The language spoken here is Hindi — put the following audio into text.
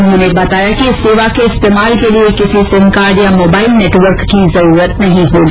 उन्होंने बताया कि इस सेवा के इस्तेमाल के लिए किसी सिम कार्ड या मोबाइल नेटवर्क की जरूरत नहीं होगी